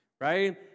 right